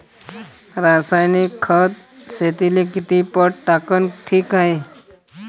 रासायनिक खत शेतीले किती पट टाकनं ठीक हाये?